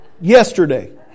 yesterday